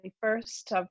first